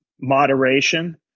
moderation